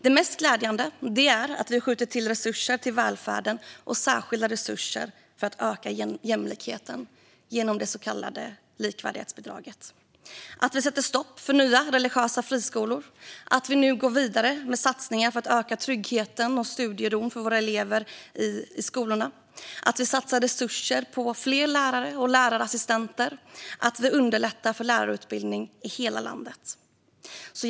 Det mest glädjande är att vi skjuter till resurser till välfärden och särskilda resurser för att öka jämlikheten genom det så kallade likvärdighetsbidraget, att vi sätter stopp för nya religiösa friskolor, att vi nu går vidare med satsningar för att öka tryggheten och studieron för våra elever i skolorna, att vi satsar resurser på fler lärare och lärarassistenter och att vi underlättar för lärarutbildning i hela landet.